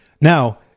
Now